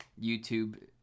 youtube